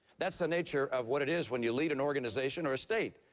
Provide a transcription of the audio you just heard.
that's the nature of what it is when you lead an organization or a state.